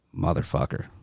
motherfucker